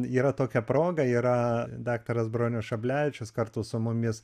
yra tokia proga yra daktaras bronius šablevičius kartu su mumis